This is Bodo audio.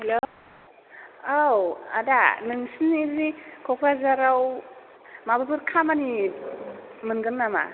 हेल' औ आदा नोंसिनि क'क्राझाराव माबाफोर खामानि मोनगोन नामा